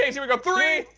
here we go. three,